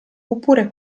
oppure